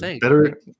Better